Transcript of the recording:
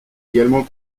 également